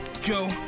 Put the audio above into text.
Go